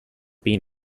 been